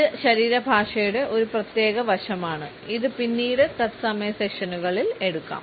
ഇത് ശരീരഭാഷയുടെ ഒരു പ്രത്യേക വശമാണ് ഇത് പിന്നീട് തത്സമയ സെഷനുകളിൽ എടുക്കാം